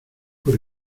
por